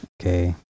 Okay